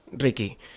ricky